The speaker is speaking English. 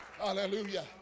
Hallelujah